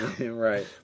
Right